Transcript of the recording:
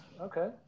Okay